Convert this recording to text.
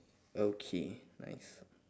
okay nice